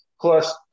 Plus